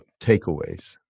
takeaways